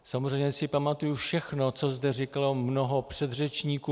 Samozřejmě si pamatuji všechno, co zde říkalo mnoho předřečníků.